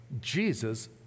Jesus